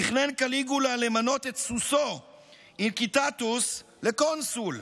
תכנן קליגולה למנות את סוסו אינקיטטוס לקונסול.